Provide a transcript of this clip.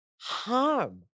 harm